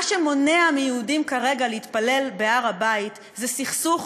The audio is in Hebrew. מה שכרגע מונע מיהודים להתפלל בהר-הבית זה סכסוך